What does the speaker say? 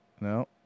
No